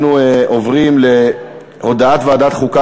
אנחנו עוברים להודעת ועדת החוקה,